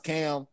Cam